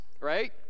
right